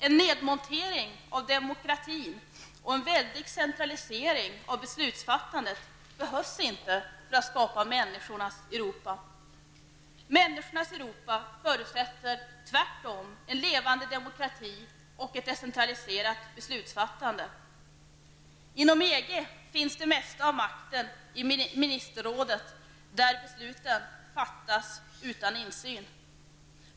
En nedmontering av demokratin och en väldig centralisering av beslutsfattandet behövs inte för att skapa människornas Europa. Människornas Europa förutsätter tvärtom en levande demokrati och ett decentraliserat beslutsfattande. Inom EG finns den mesta av makten i ministerrådet där besluten fattas utan insyn.